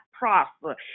prosper